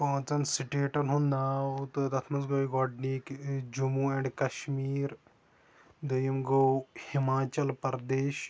پانٛژَن سِٹیٹَن ہُنٛد ناو تہٕ تَتھ منٛز گٔے گۄڈٕنِکۍ جموں اینٛڈ کَشمیٖر دوٚیِم گوٚو ہِماچَل پردیش